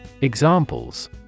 Examples